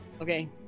Okay